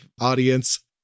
audience